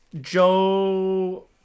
Joe